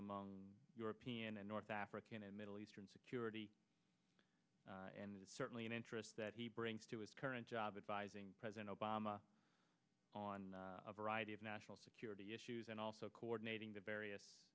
among european and north african and middle eastern security and certainly an interest that he brings to his current job advising president obama on a variety of national security issues and also coordinating the various